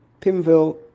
Pimville